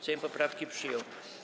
Sejm poprawki przyjął.